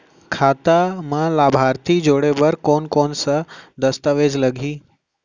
खाता म लाभार्थी जोड़े बर कोन कोन स दस्तावेज लागही?